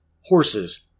Horses